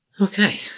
Okay